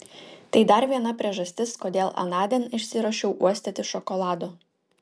tai dar viena priežastis kodėl anądien išsiruošiau uostyti šokolado